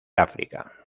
áfrica